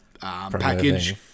package